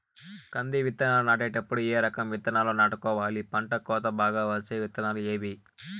కంది విత్తనాలు నాటేటప్పుడు ఏ రకం విత్తనాలు నాటుకోవాలి, పంట కోత బాగా వచ్చే విత్తనాలు ఏవీ?